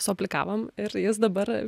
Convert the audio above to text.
suaplikavom ir jis dabar